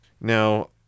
Now